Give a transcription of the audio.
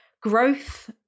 growth